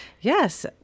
Yes